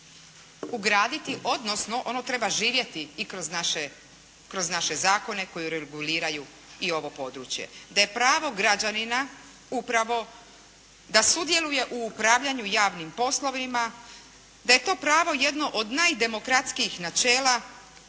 ugraditi odnosno ono treba živjeti i kroz naše zakone koji reguliraju i ovo područje da je pravo građanina upravo da sudjeluje u upravljanju javnim poslovima, da je to pravo jedno od najdemokratskijih načela